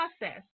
process